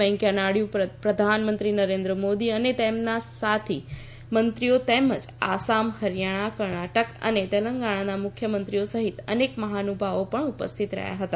વેંકૈયા નાયડુ પ્રધાનમંત્રી નરેન્દ્ર મોદી અને તેમના અનેક સાથી મંત્રીઓ તેમજ આસામ હરિયાણા કર્ણાટક અને તેલંગણાના મુખ્યમંત્રીઓ સહિત અનેક મહાનુભાવો પણ ઉપસ્થિત રહ્યા હતા